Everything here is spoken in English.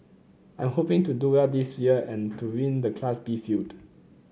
I'm hoping to do well this year and to win the Class B field